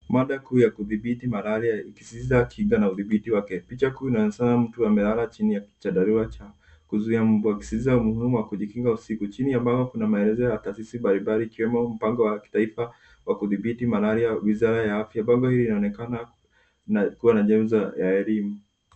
Mada kuu ya kudhibiti malaria ikisisitiza kinga na udhibiti wake. Picha kuu inaonyeshana mtu amelala chini ya chandarua cha kuzuia mbu akisisitiza umuhimu wa kujikinga usiku. Chini ya bango kuna maelezeo ya taasisi mbalimbali ikiwemo mpango wa kitaifa kwa kudhibiti malaria, wizara ya afya. Bango hili linaonekana na kuwa na elimu.